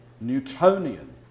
Newtonian